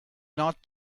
not